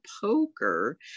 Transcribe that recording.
poker